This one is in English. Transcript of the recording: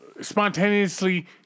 Spontaneously